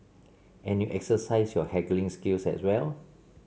and you exercise your haggling skills as well